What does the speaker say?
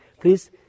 Please